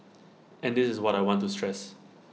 and this is what I want to stress